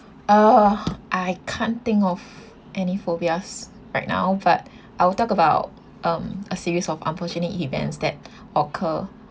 oh I can't think of any phobias right now but I will talk about um a series of unfortunate events that occur